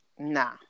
Nah